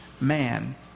man